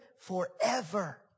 forever